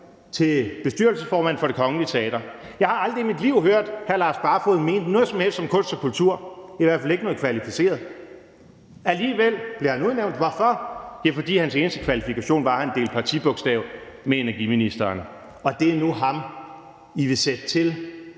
til bestyrelsesformand for Det Kongelige Teater. Jeg har aldrig i mit liv hørt hr. Lars Barfoed mene noget som helst om kunst og kultur – i hvert fald ikke noget kvalificeret. Alligevel bliver han udnævnt. Hvorfor? Fordi hans eneste kvalifikation var, at han deler partibogstav med energiministeren. Og det er ham, I nu vil sætte til